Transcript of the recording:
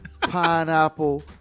Pineapple